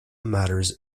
matters